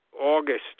August